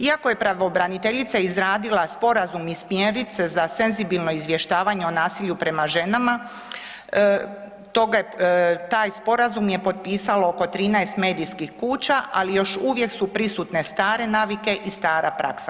Iako je pravobraniteljica izradila sporazum i smjernice za senzibilno izvještavanje o nasilju prema ženama taj sporazum je potpisalo oko 13 medijskih kuća, ali još uvijek su prisutne stare navike i stara praksa.